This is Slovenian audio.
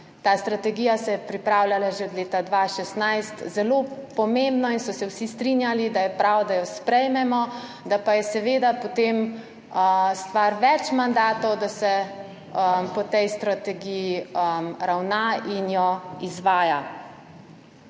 ta strategija se je pripravljala že od leta 2016, zelo pomembno in so se vsi strinjali, da je prav, da jo sprejmemo, da pa je seveda potem stvar več mandatov, da se po tej strategiji ravna in jo izvaja.